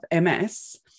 MS